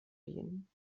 gehen